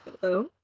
Hello